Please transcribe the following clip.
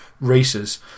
races